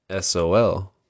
SOL